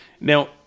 Now